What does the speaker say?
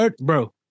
Bro